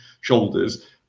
shoulders